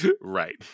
Right